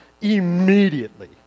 immediately